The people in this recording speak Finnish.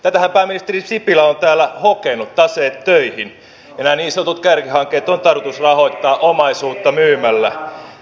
tätähän pääministeri sipilä on täällä hokenut taseet töihin ja nämä niin sanotut kärkihankkeet on tarkoitus rahoittaa omaisuutta myymällä